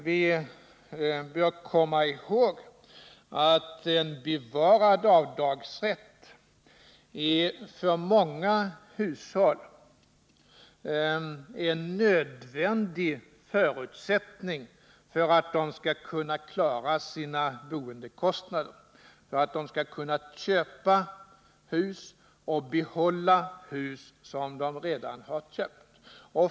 Vi bör komma ihåg att en bevarad avdragsrätt är en för många hushåll nödvändig förutsättning för att de skall kunna klara sina boendekostnader, för att de skall kunna köpa ett hus eller behålla ett hus som de redan har köpt.